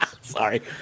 Sorry